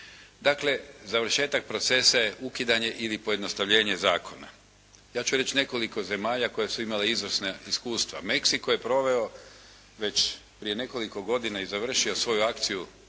Dakle, završetak procesa je ukidanje ili pojednostavljenje zakona. Ja ću reći nekoliko zemalja koje su imale izvrsna iskustva. Mexico je proveo već prije nekoliko godina i završio svoju akciju